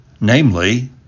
namely